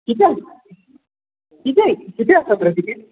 किती किती किती असतात रे तिकीट